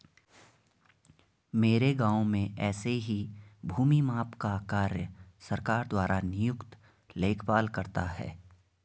मेरे गांव में ऐसे ही भूमि माप का कार्य सरकार द्वारा नियुक्त लेखपाल करता है